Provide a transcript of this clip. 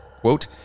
Quote